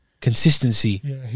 Consistency